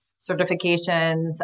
certifications